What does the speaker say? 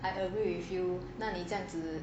I agree with you 那你这样子